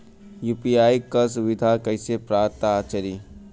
UPI क सुविधा कैसे पता चली?